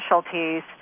specialties